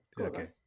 Okay